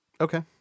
okay